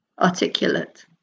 articulate